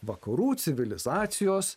vakarų civilizacijos